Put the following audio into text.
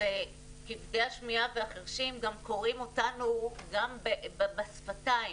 וכבדי השמיעה והחירשים קוראים אותנו גם בשפתיים